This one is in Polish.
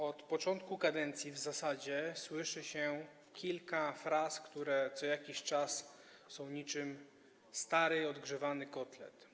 Od początku kadencji w zasadzie słyszy się kilka fraz co jakiś czas, które są niczym stary, odgrzewany kotlet.